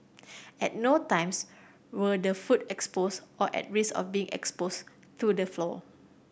at no times were the food exposed or at risk of being exposed to the floor